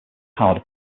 powered